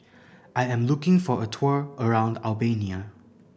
I am looking for a tour around Albania